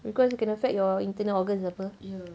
because it can affect your internal organs apa a